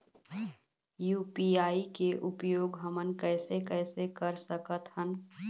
UPI के उपयोग हमन कैसे कैसे कर सकत हन?